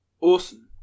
Awesome